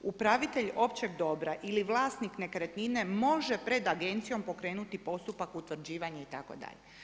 Upravitelj općeg dobra ili vlasnik nekretnine može pred agencijom pokrenuti postupak utvrđivanja itd.